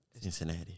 Cincinnati